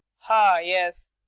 ah! yes.